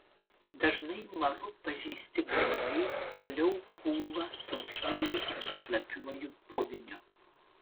dažnai maru pažeisti gumbai toliau pūva sausuoju arba šlapiuoju puviniu